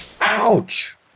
Ouch